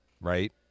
right